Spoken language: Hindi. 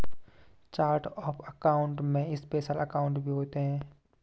चार्ट ऑफ़ अकाउंट में स्पेशल अकाउंट भी होते हैं